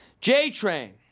J-Train